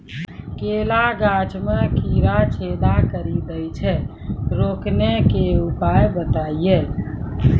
केला गाछ मे कीड़ा छेदा कड़ी दे छ रोकने के उपाय बताइए?